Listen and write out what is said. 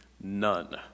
none